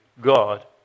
God